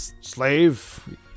Slave